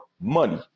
money